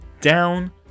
down